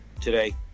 today